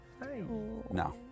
No